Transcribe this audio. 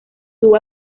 tuvo